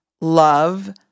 love